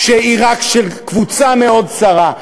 שהיא רק של קבוצה מאוד צרה,